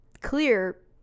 clear